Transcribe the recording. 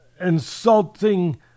insulting